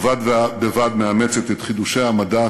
ובד בבד מאמצת את חידושי המדע,